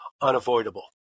unavoidable